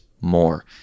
more